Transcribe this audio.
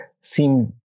seem